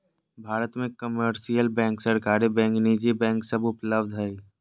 भारत मे commercial bank, सरकारी bank, निजी बैंक सब उपलब्ध हय